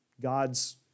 God's